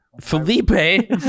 Felipe